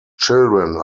children